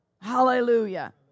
Hallelujah